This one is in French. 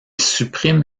supprime